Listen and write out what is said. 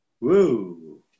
Woo